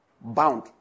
Bound